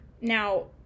Now